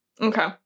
Okay